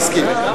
מסכים.